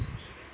oh is it